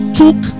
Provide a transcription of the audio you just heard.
took